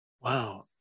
Wow